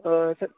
अ स